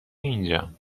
اینجان